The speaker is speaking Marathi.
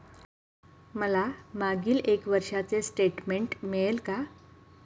मला मागील एक वर्षाचे स्टेटमेंट मिळेल का?